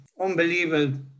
unbelievable